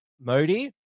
Modi